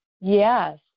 Yes